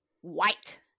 white